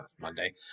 Monday